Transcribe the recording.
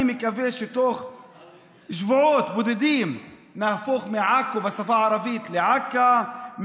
אני מקווה שתוך שבועות בודדים נהפוך את עכו בשפה הערבית לעכא,